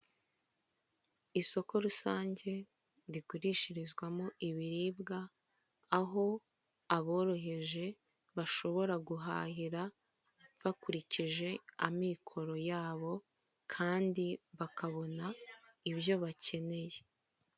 Isoko rusange rigurishirizwamo ibiribwa, aho aboroheje bashobora guhahira bakurikije amikoro yabo kandi bakabona ibyo bakeneye.